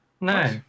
No